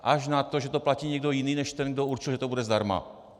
Až na to, že to platí někdo jiný než ten, kdo určil, že to bude zdarma.